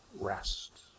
rest